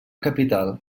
capital